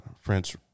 French